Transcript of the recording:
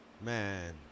Man